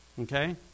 Okay